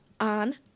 On